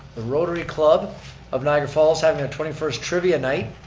the rotary club of niagara falls having their twenty first trivia night.